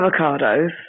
avocados